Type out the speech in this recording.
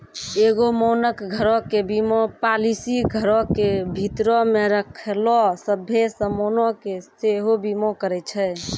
एगो मानक घरो के बीमा पालिसी घरो के भीतरो मे रखलो सभ्भे समानो के सेहो बीमा करै छै